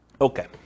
Okay